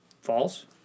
False